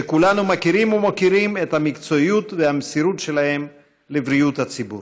שכולנו מכירים ומוקירים את המקצועיות ואת המסירות שלהם לבריאות הציבור.